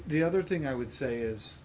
the other thing i would say is